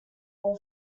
all